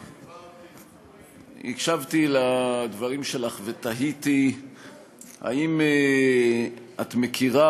הקשבתי לדברים שלך ותהיתי אם את מכירה